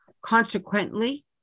Consequently